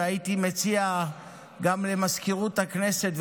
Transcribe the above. הייתי מציע גם למזכירות הכנסת,